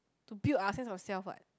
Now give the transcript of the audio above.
to build our sense of self what